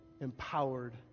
empowered